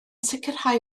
sicrhau